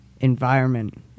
environment